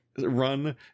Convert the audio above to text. run